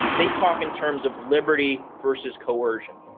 they talk in terms of liberty versus coercion.